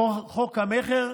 חוק המכר,